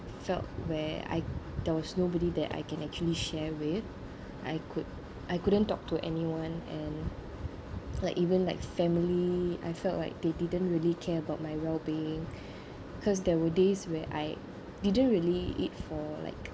felt where I there was nobody that I can actually share with I could I couldn't talk to anyone and like even like family I felt like they didn't really care about my well-being cause there were days where I didn't really eat for like